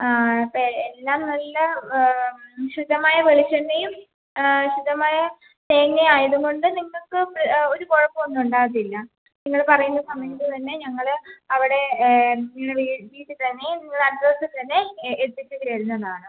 അപ്പോൾ എല്ലാം നല്ല ശുദ്ധമായ വെളിച്ചെണ്ണയും ശുദ്ധമായ തേങ്ങ ആയതുകൊണ്ട് നിങ്ങൾക്ക് ഒരു കുഴപ്പവൊന്നുവൊണ്ടാകത്തില്ല നിങ്ങൾ പറയുന്ന സമയത്ത് തന്നെ ഞങ്ങൾ അവിടെ നിങ്ങളുടെ വീട്ടിത്തന്നെ നിങ്ങളുടെ അഡ്രസ്സിത്തന്നെ എത്തിച്ച് തരുന്നതാണ്